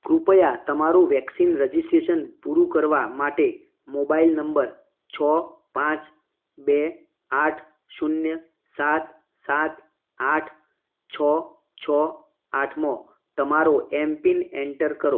કૃપયા તમારું vaccine registration પૂરું કરવા માટે મોબાઈલ નંબર છ પાંચ બે આંઠ શૂન્ય સાત સાત આઠ છ છ આઠમાં તમારો એમપિન એન્ટર કરો